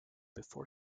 issued